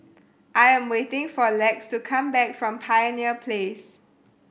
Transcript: I am waiting for Lex to come back from Pioneer Place